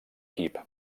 equip